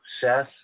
Seth